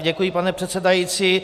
Děkuji, pane předsedající.